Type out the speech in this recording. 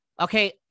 Okay